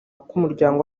k’umuryango